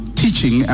teaching